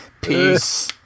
Peace